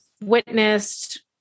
witnessed